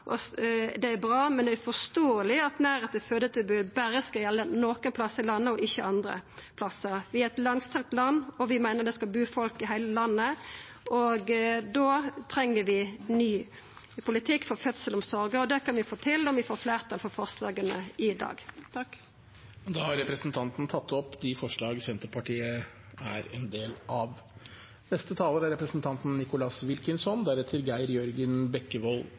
er bra, men det er uforståeleg at nærleik til fødetilbod berre skal gjelda nokre plassar i landet, ikkje andre plassar. Vi har eit langstrekt land, og vi meiner det skal bu folk i heile landet. Då treng vi ny politikk for fødselsomsorga. Det kan vi få til om vi får fleirtal for forslaga i dag. Da har representanten Kjersti Toppe tatt opp